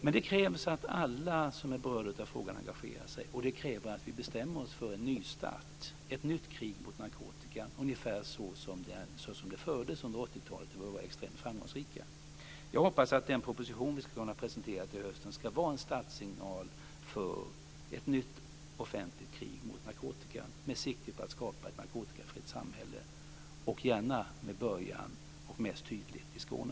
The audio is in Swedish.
Men det krävs att alla som är berörda av frågan engagerar sig och att vi bestämmer oss för en nystart, ett nytt krig mot narkotikan ungefär som det fördes under 80-talet då vi var extremt framgångsrika. Jag hoppas att den proposition vi ska kunna presentera till hösten ska vara en startsignal för ett nytt offentligt krig mot narkotikan, med sikte på att skapa ett narkotikafritt samhälle, gärna med början och mest tydligt i Skåne.